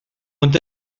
ond